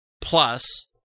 plus